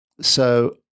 So-